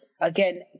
Again